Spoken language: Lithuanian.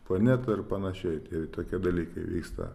planetą ir panašiai tai tokie dalykai vyksta